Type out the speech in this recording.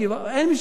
ואין מי שיקנה,